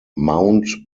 mount